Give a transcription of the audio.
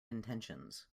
intentions